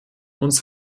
uns